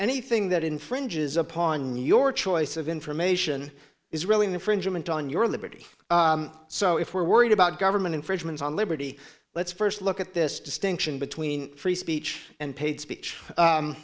anything that infringes upon your choice of information is really an infringement on your liberty so if we're worried about government infringement on liberty let's first look at this distinction between free speech and paid speech